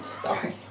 Sorry